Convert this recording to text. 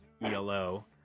ELO